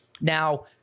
Now